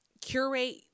curate